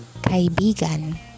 Kaibigan